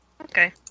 okay